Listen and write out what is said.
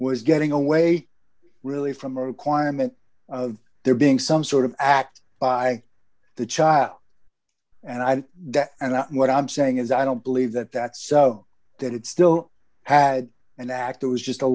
was getting away really from a requirement of there being some sort of act by the child and i think that and what i'm saying is i don't believe that that's so that it still had an act that was just a